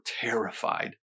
terrified